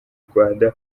rwanda